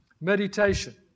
Meditation